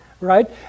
right